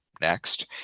next